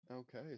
Okay